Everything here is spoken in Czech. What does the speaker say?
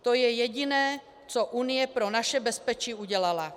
To je jediné, co Unie pro naše bezpečí udělala.